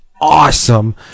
awesome